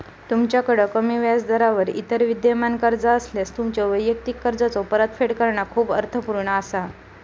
तुमच्याकड कमी व्याजदरावर इतर विद्यमान कर्जा असल्यास, तुमच्यो वैयक्तिक कर्जाचो परतफेड करणा खूप अर्थपूर्ण असा